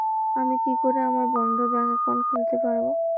আমি কি করে আমার বন্ধ ব্যাংক একাউন্ট খুলতে পারবো?